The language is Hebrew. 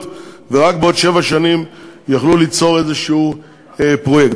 ורק בעוד שבע שנים יוכלו ליצור איזשהו פרויקט.